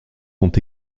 sont